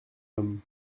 homme